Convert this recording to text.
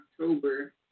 October